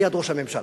ליד ראש הממשלה,